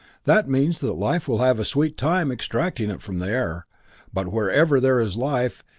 that means that life will have a sweet time extracting it from the air but wherever there is life,